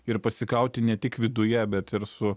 ir pasikauti ne tik viduje bet ir su